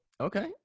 Okay